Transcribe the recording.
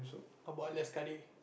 how about